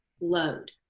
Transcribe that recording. load